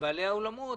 בעלי האולמות